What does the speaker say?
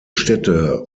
städte